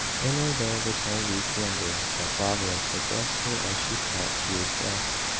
in her there was no weak wonder that providence had blessed her as she felt she was blessed.